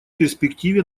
перспективе